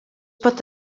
pot